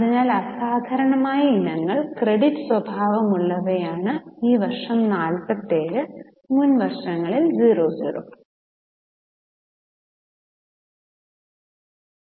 അതിനാൽ അസാധാരണമായ ഇനങ്ങൾ ക്രെഡിറ്റ് സ്വഭാവമുള്ളവയാണ് ഈ വർഷം 47 മുൻ വർഷങ്ങളിൽ 00